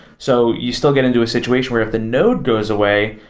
so you still get into a situation where if the node goes away,